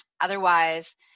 Otherwise